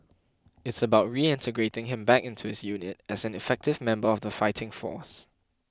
it's about reintegrating him back into his unit as an effective member of the fighting force